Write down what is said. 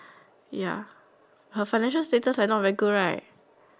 ya her financial status like not very good right